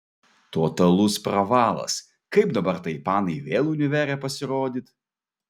totalus pravalas kaip dabar tai panai vėl univere pasirodyt